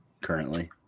currently